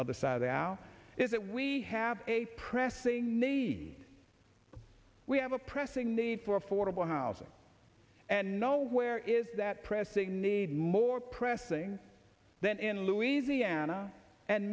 other side how is it we have a pressing need we have a pressing need for affordable housing and nowhere is that pressing need more pressing then in louisiana and